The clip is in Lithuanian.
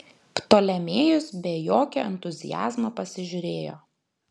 ptolemėjus be jokio entuziazmo pasižiūrėjo